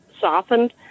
softened